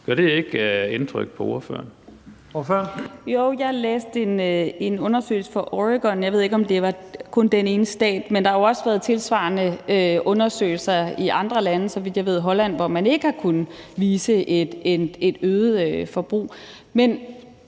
Zenia Stampe (RV): Jo, jeg læste en undersøgelse fra Oregon. Jeg ved ikke, om det kun var den ene stat. Men der er jo også lavet tilsvarende undersøgelser i andre lande, så vidt jeg ved i Holland, hvor man ikke har kunnet vise et øget forbrug. Men